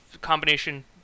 combination